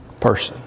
person